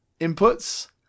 inputs